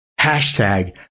Hashtag